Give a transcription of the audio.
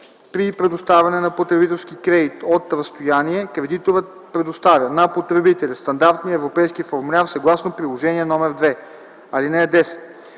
При предоставяне на потребителски кредит от разстояние кредиторът предоставя на потребителя стандартния европейски формуляр, съгласно Приложение № 2. (10)